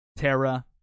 Terra